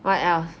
what else